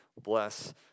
bless